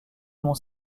mont